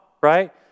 right